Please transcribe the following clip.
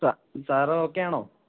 sir ഓക്കേയാണോ